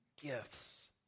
gifts